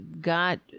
got